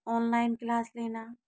online class लेना